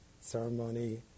ceremony